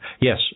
Yes